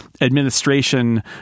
Administration